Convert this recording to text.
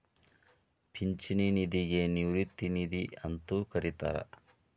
ಪಿಂಚಣಿ ನಿಧಿಗ ನಿವೃತ್ತಿ ನಿಧಿ ಅಂತೂ ಕರಿತಾರ